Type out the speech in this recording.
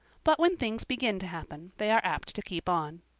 but when things begin to happen they are apt to keep on.